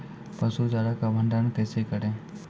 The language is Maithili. पसु चारा का भंडारण कैसे करें?